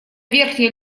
верхний